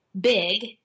big